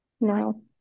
No